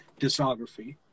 discography